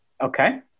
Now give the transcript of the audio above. okay